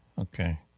Okay